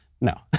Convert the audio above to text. No